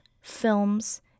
films